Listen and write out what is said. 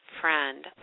friend